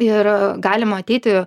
ir galim matyti